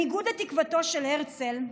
בניגוד לתקוותו של הרצל,